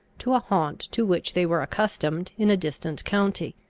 to a haunt to which they were accustomed, in a distant county.